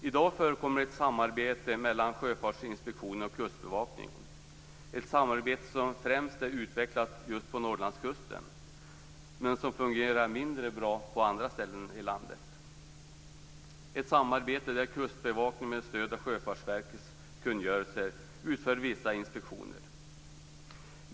I dag förekommer ett samarbete mellan Sjöfartsinspektionen och Kustbevakningen - ett samarbete som främst är utvecklat på Norrlandskusten, men som fungerar mindre bra på andra ställen i landet. Det är ett samarbete där Kustbevakningen med stöd av en av Sjöfartsverkets kungörelser utför vissa inspektioner.